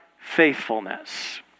faithfulness